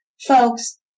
Folks